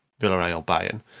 Villarreal-Bayern